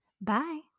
Bye